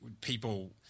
people